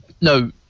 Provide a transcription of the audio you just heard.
No